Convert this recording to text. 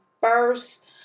first